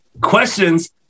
questions